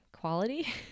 quality